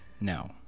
no